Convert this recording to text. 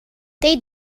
they